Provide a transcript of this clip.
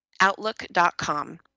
Outlook.com